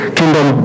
kingdom